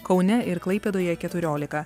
kaune ir klaipėdoje keturiolika